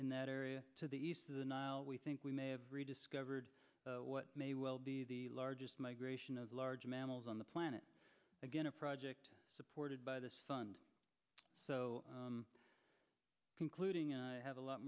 in that area to the east of the nile we think we may have rediscovered what may well be the largest migration of large mammals on the planet again a project supported by this fund so concluding i have a lot